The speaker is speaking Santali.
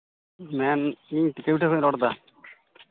ᱤᱧ ᱴᱤᱠᱟᱹᱵᱤᱴᱟᱹ ᱠᱷᱚᱱᱤᱧ ᱨᱚᱲᱫᱟ